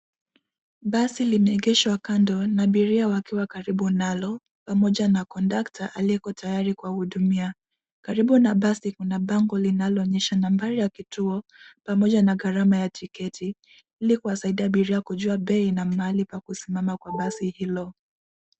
Basi limeegeshwa kando na abiria wakiwa karibu nalo pamoja na kondakta aliyeko tayari kuwahudumia. Karibu na basi kuna bango linaloonyesha nambari ya kituo pamoja na gharama ya tiketi ili kuwasaidia abiria kujua bei na mahali pa kusimama kwa basi hilo.